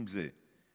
אם זה בתוך